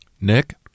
Nick